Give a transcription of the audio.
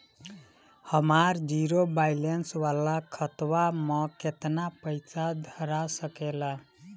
हमार zero balance वाला खतवा म केतना पईसा धरा सकेला?